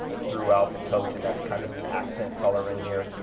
throughout the coach. and that's kind of the accent coloring here,